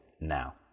now